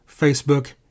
Facebook